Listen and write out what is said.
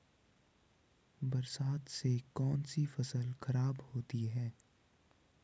बरसात से कौन सी फसल खराब होती है?